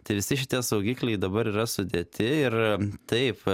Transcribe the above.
tai visi šitie saugikliai dabar yra sudėti ir taip